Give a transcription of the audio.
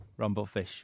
Rumblefish